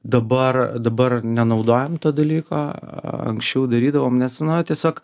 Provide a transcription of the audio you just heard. dabar dabar nenaudojam to dalyko anksčiau darydavom nes nu tiesiog